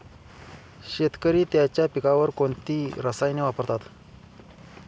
शेतकरी त्यांच्या पिकांवर कोणती रसायने वापरतात?